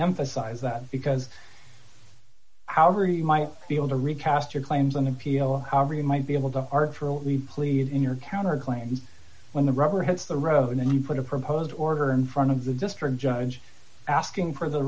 emphasize that because however you might be able to recast your claims on appeal however you might be able to art for at least plead in your counterclaims when the rubber hits the road and you put a proposed order in front of the district judge asking for the